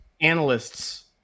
analyst's